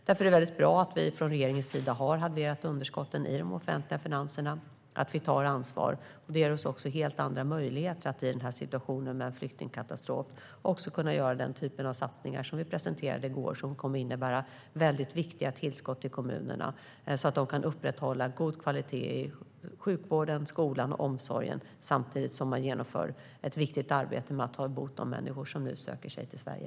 Därför är det mycket bra att vi från regeringens sida har halverat underskotten i de offentliga finanserna och att vi tar ansvar. Det ger oss helt andra möjligheter att i denna situation med en flyktingkatastrof också kunna göra den typen av satsningar som vi presenterade i går och som kommer att innebära mycket viktiga tillskott till kommunerna så att de kan upprätthålla god kvalitet i sjukvården, skolan och omsorgen samtidigt som de genomför ett viktigt arbete med att ta emot de människor som nu söker sig till Sverige.